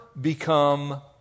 become